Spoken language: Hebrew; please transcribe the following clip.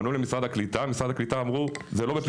פנו למשרד הקליטה, משרד הקליטה אמרו זה לא בפיקוח.